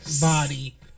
body